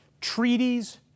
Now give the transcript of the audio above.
Treaties